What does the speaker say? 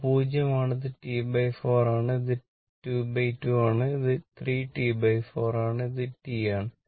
ഇത് 0 ആണ് ഇത് T4 ഇത് T2 ഇത് 3 T4 ആണ് ഇത് T ആണ്